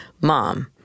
Mom